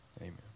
Amen